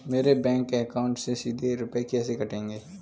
मेरे bank account से सीधे रुपए कैसे कटेंगे?